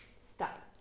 Stop